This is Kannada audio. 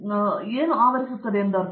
ಪ್ರತಾಪ್ ಹರಿಡೋಸ್ ಏನು ಆವರಿಸುತ್ತದೆ ಎಂದು ಅರ್ಥ